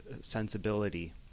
sensibility